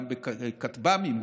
גם בכטב"מים,